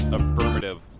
affirmative